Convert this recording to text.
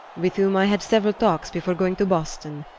with whom i had several talks before going to boston.